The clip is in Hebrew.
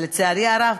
אבל לצערי הרב,